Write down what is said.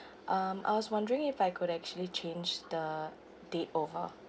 um I was wondering if I could actually change the date over